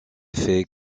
fait